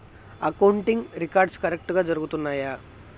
accounting records కరెక్టుగా జరుగుతున్నాయా